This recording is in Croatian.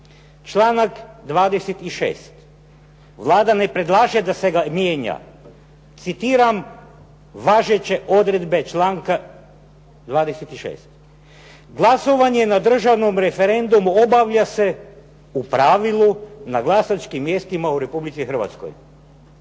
Članak 26. Vlada ne predlaže da ga se mijenja. Citiram važeće odredbe članka 26. "glasovanje na državnom referendumu obavlja se u pravilu na glasačkim mjestima u Republici Hrvatskoj",